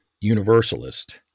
universalist